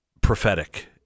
prophetic